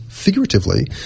figuratively